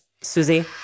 Susie